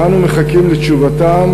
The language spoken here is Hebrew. ואנו מחכים לתשובתם,